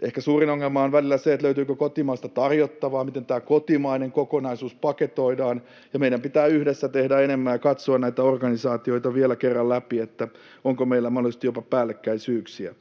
Ehkä suurin ongelma on välillä se, löytyykö kotimaasta tarjottavaa, ja miten tämä kotimainen kokonaisuus paketoidaan. Meidän pitää yhdessä tehdä enemmän ja katsoa näitä organisaatioita vielä kerran läpi, että onko meillä mahdollisesti jopa päällekkäisyyksiä.